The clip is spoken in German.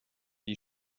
wie